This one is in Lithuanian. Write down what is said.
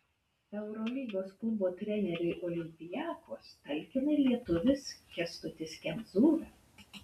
eurolygos klubo treneriui olympiakos talkina ir lietuvis kęstutis kemzūra